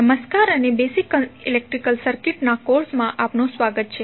નમસ્કાર અને basic electrical circuits ના કોર્સ માં સ્વાગત છે